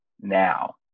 now